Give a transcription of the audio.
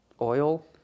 oil